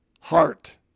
heart